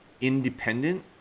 independent